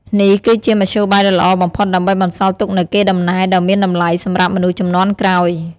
នេះគឺជាមធ្យោបាយដ៏ល្អបំផុតដើម្បីបន្សល់ទុកនូវកេរដំណែលដ៏មានតម្លៃសម្រាប់មនុស្សជំនាន់ក្រោយ។